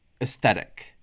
aesthetic